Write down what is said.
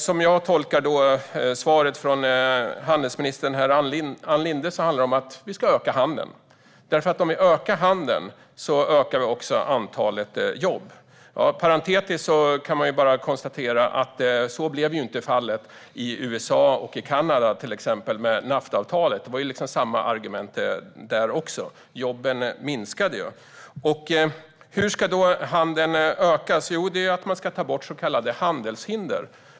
Som jag tolkar svaret från handelsminister Ann Linde handlar det om att vi ska öka handeln, för om vi ökar handeln ökar också antalet jobb. Parentetiskt kan man bara konstatera att så inte blev fallet i USA och Kanada, till exempel, med Naftaavtalet. Det var samma argument där, men jobben minskade. Hur ska då handeln ökas? Jo, genom att ta bort så kallade handelshinder.